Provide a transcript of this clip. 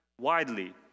widely